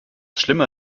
schlimme